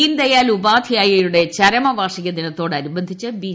ദീൻദയാൽ ഉപാധ്യായയുടെ ചരമവാർഷിക ദിനത്തോടനുബന്ധിച്ച് ബി